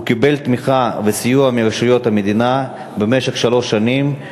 הוא קיבל תמיכה וסיוע מרשויות המדינה במשך שלוש שנים,